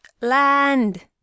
Land